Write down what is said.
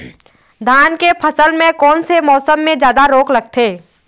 धान के फसल मे कोन से मौसम मे जादा रोग लगथे?